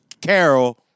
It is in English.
Carol